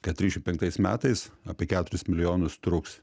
kad trisdešimt penktais metais apie keturis milijonus truks